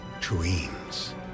dreams